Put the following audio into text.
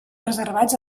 reservats